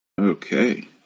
Okay